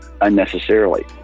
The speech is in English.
unnecessarily